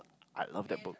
I love that book